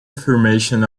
affirmation